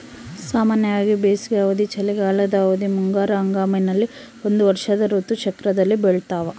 ಸಾಮಾನ್ಯವಾಗಿ ಬೇಸಿಗೆ ಅವಧಿ, ಚಳಿಗಾಲದ ಅವಧಿ, ಮುಂಗಾರು ಹಂಗಾಮಿನಲ್ಲಿ ಒಂದು ವರ್ಷದ ಋತು ಚಕ್ರದಲ್ಲಿ ಬೆಳ್ತಾವ